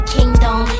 Kingdom